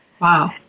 Wow